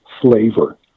flavor